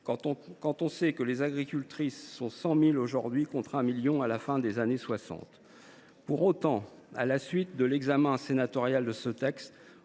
quand on sait que les agricultrices sont 100 000 aujourd’hui contre un million à la fin des années 1960. Pour autant, à la suite de l’examen sénatorial du projet